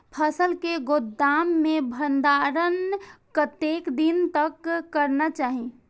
फसल के गोदाम में भंडारण कतेक दिन तक करना चाही?